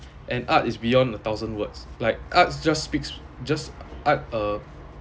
and art is beyond a thousand words like art just speaks just art uh